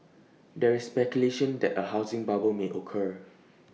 there is speculation that A housing bubble may occur